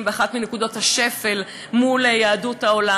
באחת מנקודות השפל מול יהדות העולם,